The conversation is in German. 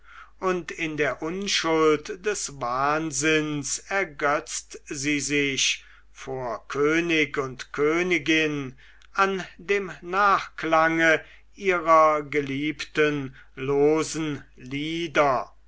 und in der unschuld des wahnsinns ergötzt sie sich vor könig und königin an dem nachklange ihrer geliebten losen lieder